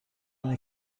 اینه